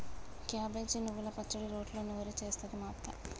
cabbage నువ్వల పచ్చడి రోట్లో నూరి చేస్తది మా అత్త